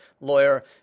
lawyer